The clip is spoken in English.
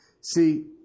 See